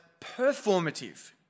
performative